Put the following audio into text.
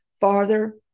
farther